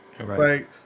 Right